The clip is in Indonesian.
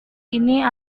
ini